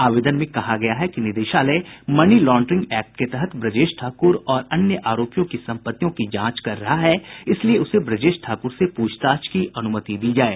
आवेदन में कहा गया है कि निदेशालय मनी लॉड्रिंग एक्ट के तहत ब्रजेश ठाकुर और अन्य आरोपियों की सम्पत्तियों की जांच कर रहा है इसलिए उसे ब्रजेश ठाकुर से पूछताछ की अनुमति दी जाये